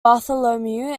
bartholomew